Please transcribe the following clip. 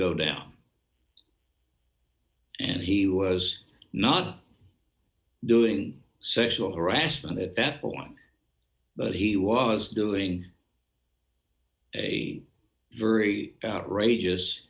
go down and he was not doing sexual harassment at that point but he was doing a very outrageous